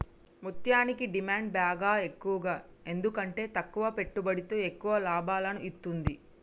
ముత్యనికి డిమాండ్ బాగ ఎక్కువ ఎందుకంటే తక్కువ పెట్టుబడితో ఎక్కువ లాభాలను ఇత్తుంది